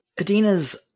Adina's